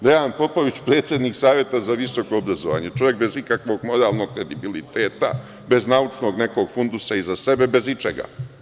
Dejan Popović, predsednik Saveta za visoko obrazovanje, čovek bez ikakvog moralnog kredibiliteta, bez naučnog fundusa iza sebe, bez ičega.